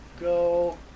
go